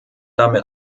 damit